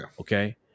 okay